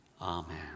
Amen